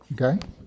Okay